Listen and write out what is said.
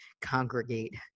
congregate